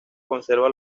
conserva